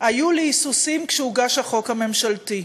היו לי היסוסים כשהוגש החוק הממשלתי,